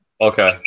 Okay